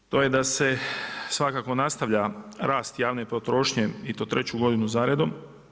To je da se svakako nastavlja rast javne potrošnje i to treću godinu za redom.